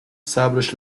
صبرش